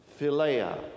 Philea